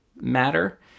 matter